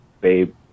Babe